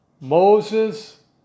Moses